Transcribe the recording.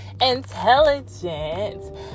intelligent